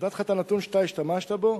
נתתי לך את הנתון שאתה השתמשת בו,